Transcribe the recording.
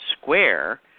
square